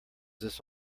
this